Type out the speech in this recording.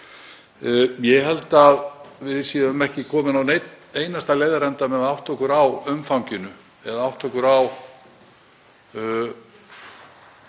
Ég held að við séum ekki komin á neinn einasta leiðarenda með að átta okkur á umfanginu eða átta okkur á